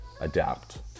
adapt